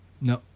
No